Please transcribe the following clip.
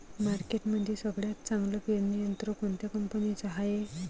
मार्केटमंदी सगळ्यात चांगलं पेरणी यंत्र कोनत्या कंपनीचं हाये?